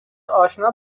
اشنا